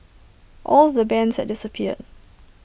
all the bands had disappeared